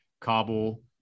Kabul